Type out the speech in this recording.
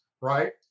right